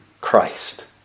Christ